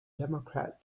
democrat